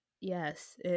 Yes